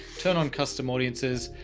turn on custom audiences,